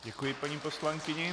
Děkuji paní poslankyni.